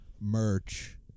merch